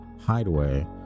Hideaway